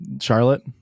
Charlotte